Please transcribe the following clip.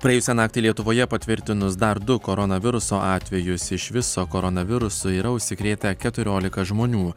praėjusią naktį lietuvoje patvirtinus dar du koronaviruso atvejus iš viso koronavirusu yra užsikrėtę keturiolika žmonių